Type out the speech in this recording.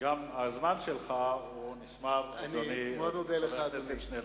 גם הזמן שלך נשמר, חבר הכנסת שנלר.